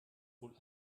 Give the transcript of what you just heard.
wohl